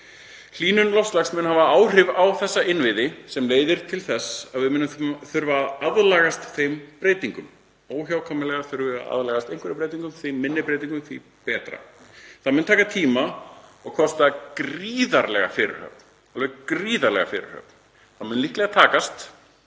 Hlýnun loftslags mun hafa áhrif á þessa innviði sem leiðir til þess að við munum þurfa að aðlagast þeim breytingum. Við þurfum óhjákvæmilega að aðlagast einhverjum breytingum, því minni breytingum því betra. Það mun taka tíma og kosta gríðarlega fyrirhöfn, alveg gríðarlega. Það mun líklega takast,